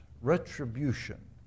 retribution